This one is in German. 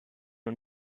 und